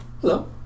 hello